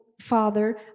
father